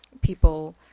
people